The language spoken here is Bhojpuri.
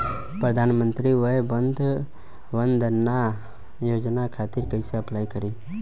प्रधानमंत्री वय वन्द ना योजना खातिर कइसे अप्लाई करेम?